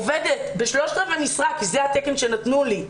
עובדת ב ¾ משרה כי זה התקן שנתנו לי,